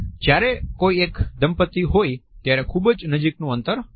જ્યારે કોઈ એક દંપતી હોય ત્યારે ખૂબ નજીક નું અંતર હોય છે